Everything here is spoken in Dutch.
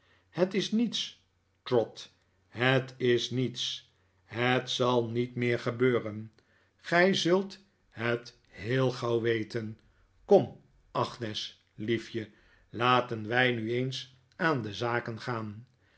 het is niets trot het is niets het zal niet meer gebeuren gij zult het heel gauw weten kom agnes liefje laten wij nueens aan de zaken gaan